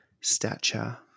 stature